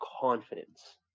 confidence